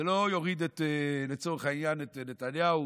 זה לא יוריד לצורך העניין את נתניהו,